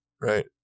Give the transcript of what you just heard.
Right